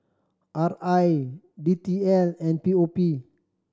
R I D T L and P O P